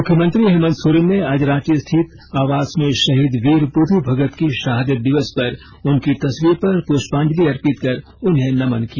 मुख्यमंत्री हेमन्त सोरेन ने आज रांची स्थित आवास में शहीद वीर बुधु भगत की शहादत दिवस पर उनकी तस्वीर पर पुष्पांजलि अर्पित कर उन्हें नमन किया